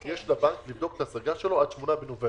יש לבנק לבדוק את ההסגה שלו עד 8 בנובמבר.